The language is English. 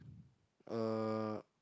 uh